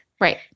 Right